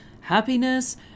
happiness